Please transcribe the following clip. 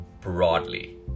Broadly